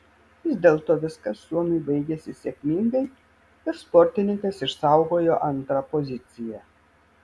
vis dėlto viskas suomiui baigėsi sėkmingai ir sportininkas išsaugojo antrą poziciją